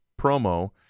promo